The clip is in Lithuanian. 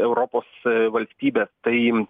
europos valstybes tai